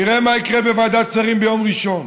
נראה מה יקרה בוועדת שרים ביום ראשון.